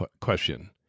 question